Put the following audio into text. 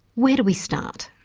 where do we start?